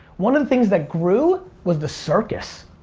one of the things that grew was the circus.